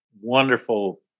wonderful